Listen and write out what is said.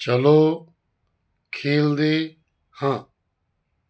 ਚਲੋ ਖੇਡਦੇ ਹਾਂ